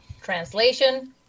Translation